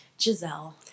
Giselle